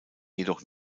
jedoch